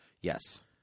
Yes